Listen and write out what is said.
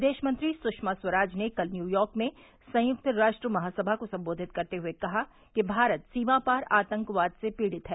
विदेश मंत्री सुषमा स्वराज ने कल न्यूयॉर्क में संयुक्त राष्ट्र महासभा को संबोधित करते हुए कहा कि भारत सीमापार आतंकवाद से पीड़ित है